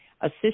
assist